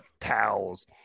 towels